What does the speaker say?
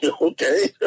Okay